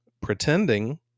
pretending